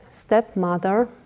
stepmother